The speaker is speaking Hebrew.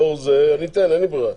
לאור זה אני אתן, אין לי ברירה.